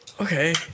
Okay